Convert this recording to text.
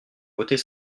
voter